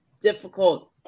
difficult